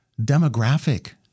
demographic